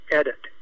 edit